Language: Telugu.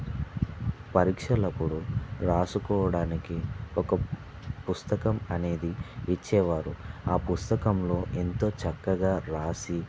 పరీక్షలప్పుడు రాసుకోడానికి ఒక పుస్తకం అనేది ఇచ్చేవారు ఆ పుస్తకంలో ఎంతో చక్కగా రాసి